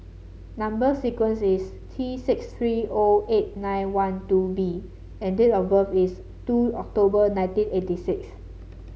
number sequence is T six three O eight nine one two B and date of birth is two October nineteen eighty six